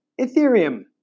Ethereum